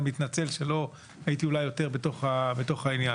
אני מתנצל שאולי לא הייתי יותר בתוך העניין.